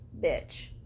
bitch